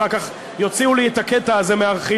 אחר כך יוציאו לי את הקטע הזה מהארכיון,